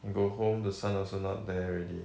you go home the sun also not there already